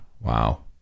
Wow